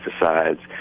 pesticides